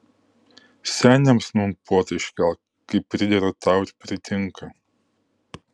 seniams nūn puotą iškelk kaip pridera tau ir pritinka